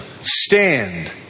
stand